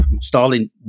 Stalin